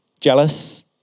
jealous